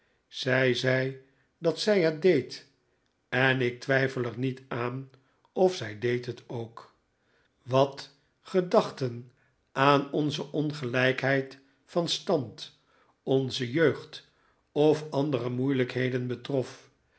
zij zei dat zij het deed en ik twijfel er niet aan of zij deed het ook wat gedachten aan onze ongelijkheid van stand onze jeugd of andere moeilijkheden betrof